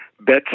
bet